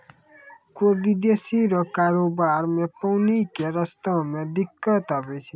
कोय विदेशी रो कारोबार मे पानी के रास्ता मे दिक्कत आवै छै